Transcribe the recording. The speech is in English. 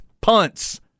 punts